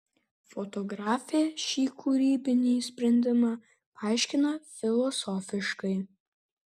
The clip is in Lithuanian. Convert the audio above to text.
fotografė šį kūrybinį sprendimą paaiškina filosofiškai